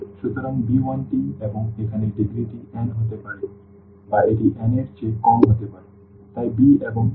সুতরাং b1t এবং এখানে ডিগ্রি টি n হতে পারে বা এটি n এর চেয়ে কম হতে পারে তাই b এবং tn